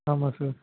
ஆமாம் சார்